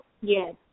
Yes